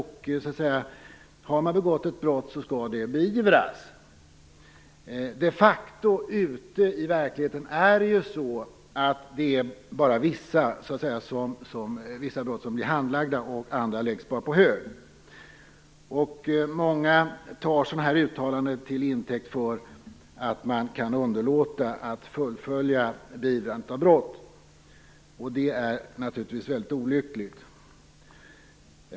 Har man begått ett brott skall det beivras. Ute i verkligheten är det de facto bara vissa brott som blir handlagda, medan andra bara läggs på hög. Många tar sådana här uttalanden till intäkt för att man kan underlåta att fullfölja beivrandet av brott, och det är naturligtvis väldigt olyckligt.